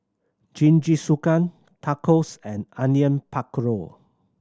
Jingisukan Tacos and Onion Pakora